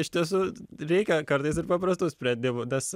iš tiesų reikia kartais ir paprastų sprendimų nes